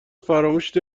فراموش